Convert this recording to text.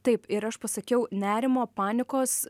taip ir aš pasakiau nerimo panikos